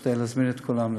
כדי להזמין את כולם לדיון.